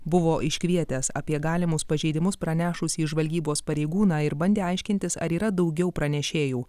buvo iškvietęs apie galimus pažeidimus pranešusį žvalgybos pareigūną ir bandė aiškintis ar yra daugiau pranešėjų